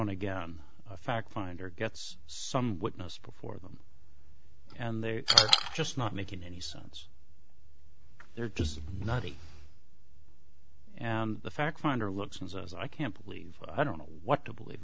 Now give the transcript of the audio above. and again a fact finder gets some witness before them and they're just not making any sense they're just not a fact finder looks and says i can't believe i don't know what to believe